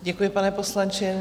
Děkuji, pane poslanče.